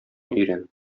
өйрән